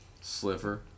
sliver